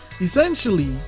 essentially